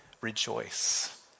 rejoice